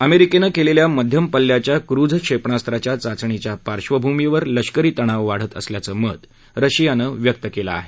अमेरिकेनं केलेल्या मध्यम पल्ल्याच्या क्रूझ क्षेपणास्त्राच्या चाचणीच्या पार्श्वभूमीवर लष्करी तणाव वाढत असल्याचं मत रशियानं व्यक्त केलं आहे